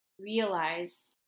realize